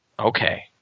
Okay